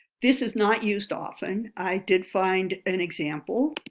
this is not used often. i did find an example.